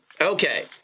okay